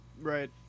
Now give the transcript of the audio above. Right